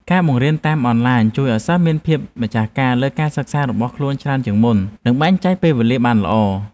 ការបង្រៀនតាមអនឡាញជួយឱ្យសិស្សមានភាពម្ចាស់ការលើការសិក្សារបស់ខ្លួនច្រើនជាងមុន និងចេះបែងចែកពេលវេលាបានល្អ។